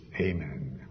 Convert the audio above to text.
Amen